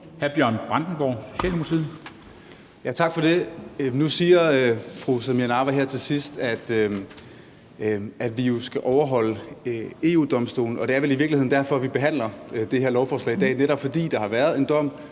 Hr. Bjørn Brandenborg, Socialdemokratiet.